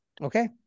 okay